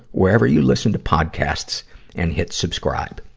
wherever you listen to podcasts and hit subscribe.